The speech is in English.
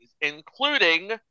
including